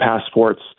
passports